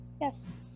Yes